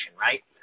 right